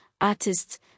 artists